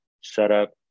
Setup